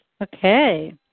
Okay